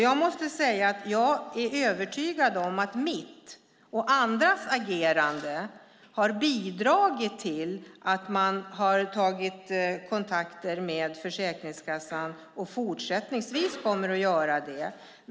Jag måste säga att jag är övertygad om att mitt och andras agerande har bidragit till att man har tagit kontakter med Försäkringskassan och fortsättningsvis kommer att göra det.